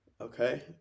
Okay